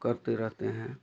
करते रहते हैं